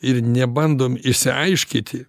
ir nebandom išsiaiškyti